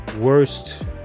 worst